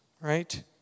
right